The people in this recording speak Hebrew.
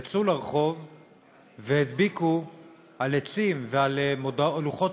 הם יצאו לרחוב והדביקו על עצים ועל לוחות